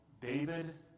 David